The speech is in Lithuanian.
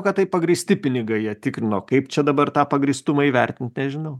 kad tai pagrįsti pinigai jie tikrino kaip čia dabar tą pagrįstumą įvertint nežinau